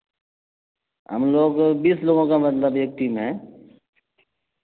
ہم لوگ بیس لوگوں کا مطلب ایک ٹیم ہے